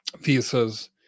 visas